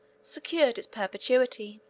secure its perpetuity.